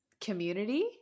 Community